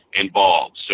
involved